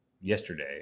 yesterday